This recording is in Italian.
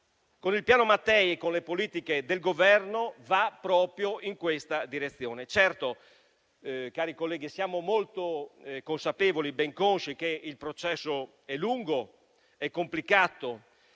con il Piano Mattei e con le politiche del Governo, va proprio in questa direzione. Certo, cari colleghi, siamo ben consci che il processo è lungo e complicato,